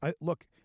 look